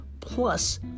plus